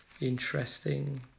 interesting